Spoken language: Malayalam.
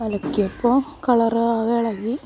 അലക്കിയപ്പോൾ കളർ ആകെ ഇളകി